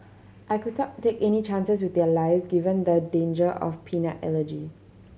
I could talk take any chances with their lives given the danger of peanut allergy